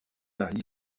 marie